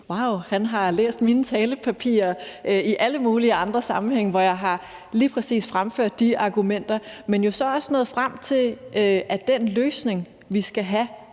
Wauw, han har læst mine talepapirer i alle mulige andre sammenhænge, hvor jeg lige præcis har fremført de argumenter, men jo så også er nået frem til, at den løsning, vi skal have